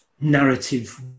narrative